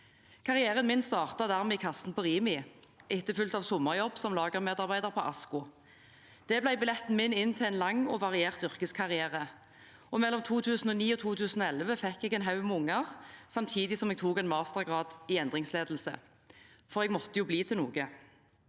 Karrieren min startet dermed i kassen på Rimi, etterfulgt av sommerjobb som lagermedarbeider på ASKO. Det ble min billett inn til en lang og variert yrkeskarriere. Mellom 2009 og 2011 fikk jeg en haug med unger, samtidig som jeg tok en mastergrad i endringsledelse, for jeg måtte jo bli til noe.